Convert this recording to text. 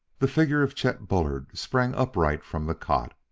the figure of chet bullard sprang upright from the cot.